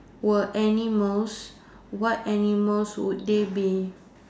were animals what animals would they be